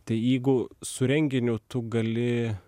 tai jeigu su renginiu tu gali